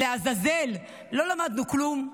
לעזאזל, לא למדנו כלום?